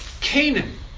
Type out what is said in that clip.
Canaan